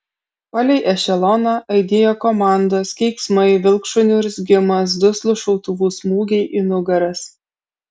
palei ešeloną aidėjo komandos keiksmai vilkšunių urzgimas duslūs šautuvų smūgiai į nugaras